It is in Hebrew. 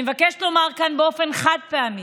אני מבקשת לומר כאן באופן חד וברור: